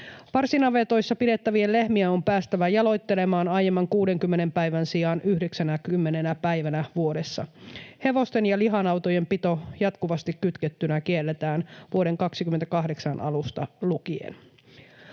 Parsinavetoissa pidettävien lehmien on päästävä jaloittelemaan aiemman 60 päivän sijaan 90 päivänä vuodessa. Hevosten ja lihanautojen pito jatkuvasti kytkettynä kielletään vuoden 28 alusta lukien.